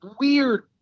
weird